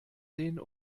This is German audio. sehen